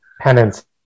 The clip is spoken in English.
penance